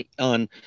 on